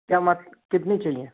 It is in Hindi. क्या मत कितनी चाहिए